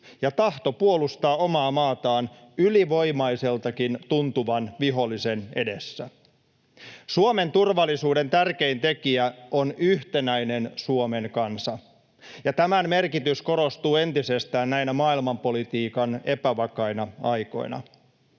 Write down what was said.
ja tahto puolustaa omaa maataan ylivoimaiseltakin tuntuvan vihollisen edessä. Suomen turvallisuuden tärkein tekijä on yhtenäinen Suomen kansa, ja tämän merkitys korostuu entisestään näinä maailmanpolitiikan epävakaina aikoina.